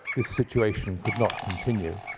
this situation could not continue.